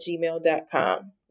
gmail.com